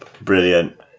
Brilliant